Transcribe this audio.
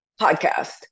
podcast